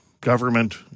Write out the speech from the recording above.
government